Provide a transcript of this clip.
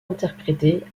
interprétées